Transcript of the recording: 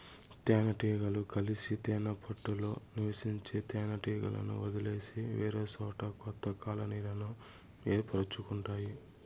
తేనె టీగలు కలిసి తేనె పెట్టలో నివసించే తేనె టీగలను వదిలేసి వేరేసోట కొత్త కాలనీలను ఏర్పరుచుకుంటాయి